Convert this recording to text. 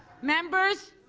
members,